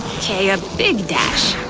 okay, a big dash,